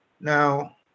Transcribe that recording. Now